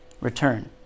return